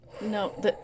no